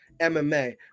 mma